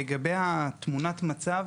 לגבי תמונת המצב,